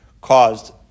caused